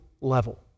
level